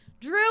Drew